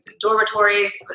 dormitories